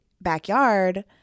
backyard